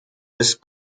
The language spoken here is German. ist